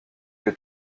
que